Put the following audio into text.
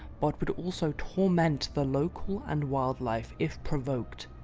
but would also torment the local and wildlife if provoked.